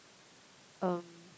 um